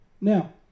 Now